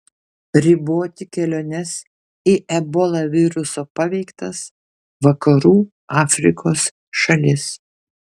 riboti keliones į ebola viruso paveiktas vakarų afrikos šalis